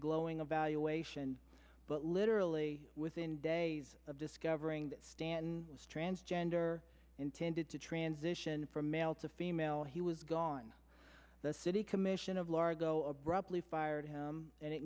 glowing evaluation but literally within days of discovering that stan was transgender intended to transition from male to female he was gone the city commission of largo abruptly fired him and